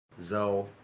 Zoe